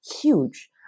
huge